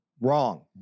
Wrong